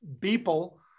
people